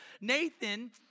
Nathan